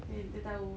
eh dia tahu